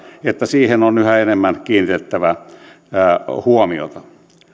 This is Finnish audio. että siihen on yhä enemmän kiinnitettävä huomiota